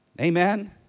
Amen